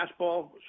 fastball